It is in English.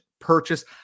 purchase